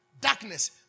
darkness